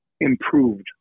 improved